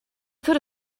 could